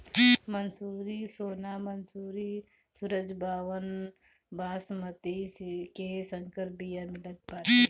मंसूरी, सोना मंसूरी, सरजूबावन, बॉसमति के संकर बिया मितल बाटे